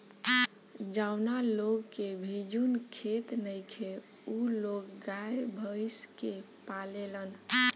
जावना लोग के भिजुन खेत नइखे उ लोग गाय, भइस के पालेलन